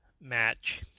match